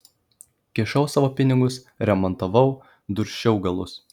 kišau savo pinigus remontavau dursčiau galus